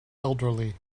elderly